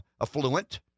affluent